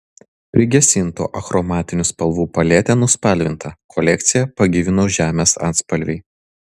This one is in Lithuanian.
prigesintų achromatinių spalvų palete nuspalvintą kolekciją pagyvino žemės atspalviai